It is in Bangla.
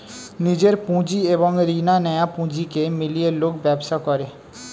নিজের পুঁজি এবং রিনা নেয়া পুঁজিকে মিলিয়ে লোক ব্যবসা করে